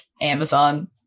amazon